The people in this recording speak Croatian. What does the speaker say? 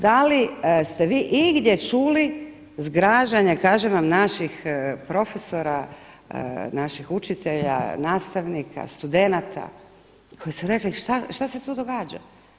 Da li ste vi igdje čuli zgražanja, kažem vam, naših profesora, naših učitelja, nastavnika, studenata koji su rekli što se tu događa?